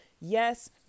Yes